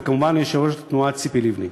וכמובן ליושבת-ראש התנועה ציפי לבני.